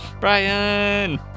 Brian